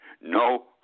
no